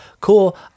cool